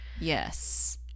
Yes